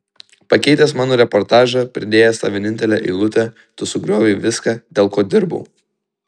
pakeitęs mano reportažą pridėjęs tą vienintelę eilutę tu sugriovei viską dėl ko dirbau